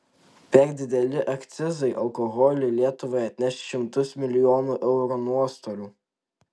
per dideli akcizai alkoholiui lietuvai atneš šimtus milijonų eurų nuostolių